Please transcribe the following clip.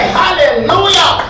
hallelujah